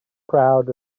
crowd